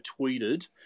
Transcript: tweeted